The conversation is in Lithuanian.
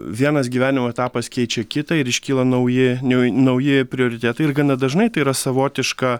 vienas gyvenimo etapas keičia kitą ir iškyla nauji niau nauji prioritetai ir gana dažnai tai yra savotiška